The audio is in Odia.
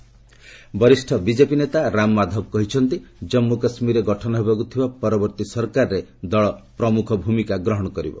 ବିଜେପି କେକେ ଗଭ୍ ବରିଷ୍ଣ ବିକେପି ନେତା ରାମ୍ ମାଧବ କହିଛନ୍ତି ଜନ୍ମୁ କାଶ୍ମୀରରେ ଗଠନ ହେବାକୁ ଥିବା ପରବର୍ତ୍ତୀ ସରକାରରେ ଦଳ ପ୍ରମୁଖ ଭୂମିକା ଗ୍ରହଣ କରିବ